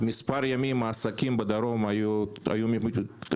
מספר ימים העסקים בדרום היו משותקים.